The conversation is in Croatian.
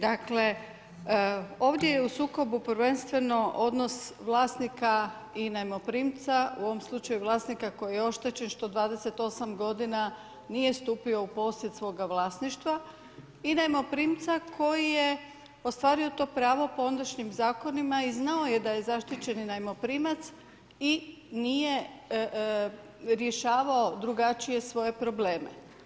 Dakle ovdje je u sukobu prvenstveno odnos vlasnika i najmoprimca, u ovom slučaju vlasnika koji je oštećen što 28 g. nije stupio u posjed svoga vlasništva i najmoprimca, koji je ostvario to pravo po ondašnjim zakonima i znao je da je zaštićeni najmoprimac i nije rješavao drugačije svoje probleme.